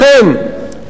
לכן,